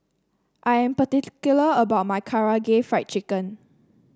I am particular about my Karaage Fried Chicken